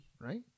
Right